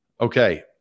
Okay